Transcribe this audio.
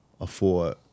afford